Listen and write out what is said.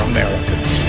Americans